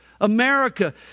America